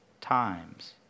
times